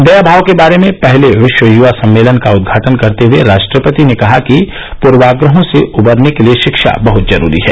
दया भाव के बारे में पहले विश्व युवा सम्मेलन का उद्घाटन करते हुए राष्ट्रपति ने कहा कि पूर्वाग्रहों से उबरने के लिए शिक्षा बहुत जरूरी है